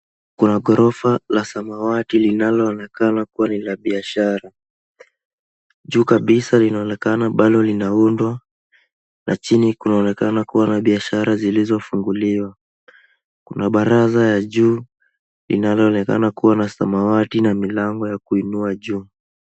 Kuna ghorofa la samawati linalo onekana kuwa ni la biashara. Juu kabisa linaonekana bado linaundwa na chini kunaonekana kuwa na biashara zilizo funguliwa. Kuna baraza ya juu inayoonekana kuwa ya samawati na milango ya kuinua juu.